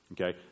okay